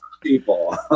people